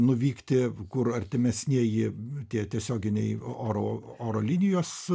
nuvykti kur artimesnieji tie tiesioginiai oro oro linijos